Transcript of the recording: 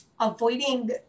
avoiding